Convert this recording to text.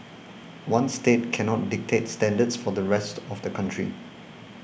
one state cannot dictate standards for the rest of the country